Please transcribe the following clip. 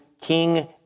King